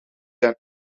than